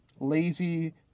Lazy